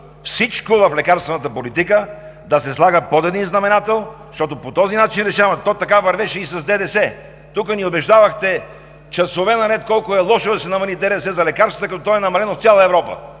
всичко в лекарствената политика да се слага под един знаменател, защото по този начин решаваме. Така вървеше и с ДДС – тук часове наред ни убеждавахте колко е лошо да се намали ДДС за лекарствата, като то е намалено в цяла Европа.